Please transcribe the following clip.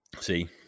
see